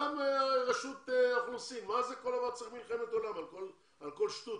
רשות האוכלוסין, למה צריך מלחמת עולם על כל שטות?